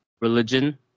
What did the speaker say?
religion